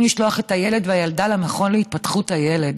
לשלוח את הילד והילדה למכון להתפתחות הילד.